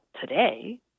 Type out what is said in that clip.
today